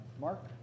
Mark